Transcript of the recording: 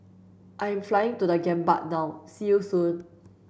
I am flying to The Gambia now see you soon